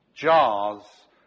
jars